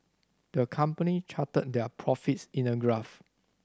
the company charted their profits in a graph